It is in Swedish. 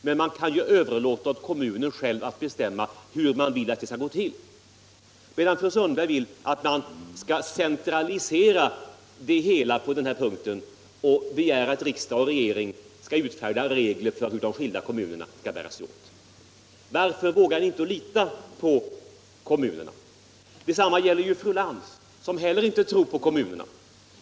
Men man kan överlåta åt kommunen att bestämma hur det skall gå till. Fru Sundberg vill däremot att man skall centralisera det hela och begär att riksdagen och regeringen skall utfärda regler för hur de skilda kommunerna skall bära sig åt. Varför vågar ni inte lita på kommunerna? Detsamma gäller fru Lantz, som inte heller tror på kommunerna.